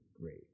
great